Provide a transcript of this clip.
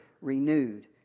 renewed